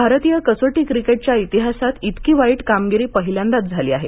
भारतीय कसोटी क्रिकेटच्या इतिहासात इतकी वाईट कामगिरी पहिल्यांदाच झाली आहे